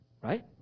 Right